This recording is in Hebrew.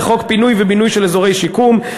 לחוק פינוי ובינוי של אזורי שיקום,